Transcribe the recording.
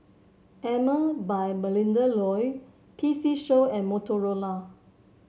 Emel by Melinda Looi P C Show and Motorola